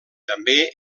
també